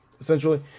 essentially